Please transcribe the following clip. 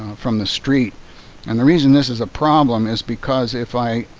from the street and the reason this is a problem is because if i